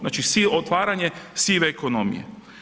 Znači otvaranje sive ekonomije.